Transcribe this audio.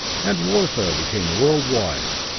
and warfare became world-wide.